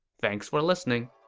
thanks for listening!